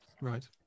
right